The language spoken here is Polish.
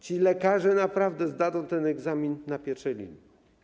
Ci lekarze naprawdę zdadzą ten egzamin na pierwszej linii.